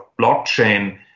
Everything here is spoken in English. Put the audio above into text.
blockchain